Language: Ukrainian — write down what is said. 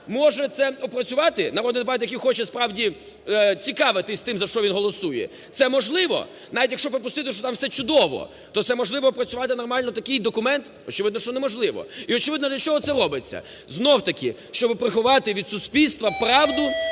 може це опрацювати, народний депутат, який хоче справді цікавитись тим, за що він голосує? Це можливо? Навіть якщо припустити, що там все чудово, то це можливо опрацювати нормально такий документ? Очевидно, що не можливо. І, очевидно, для чого це робиться? Знов-таки, щоб приховати від суспільства правду,